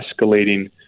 escalating